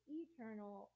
eternal